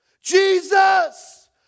jesus